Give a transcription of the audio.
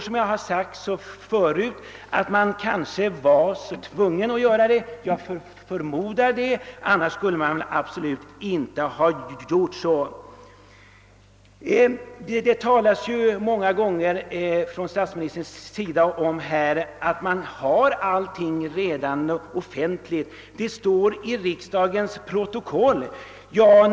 Som jag sagt förut förmodar jag att man kanske var tvungen att göra det; annars skulle man absolut inte ha handlat på detta sätt. Statsministern talar många gånger om att allting redan är offentligt. Det står i riksdagens protokoll, säger statsministern.